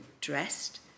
dressed